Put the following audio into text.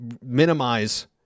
minimize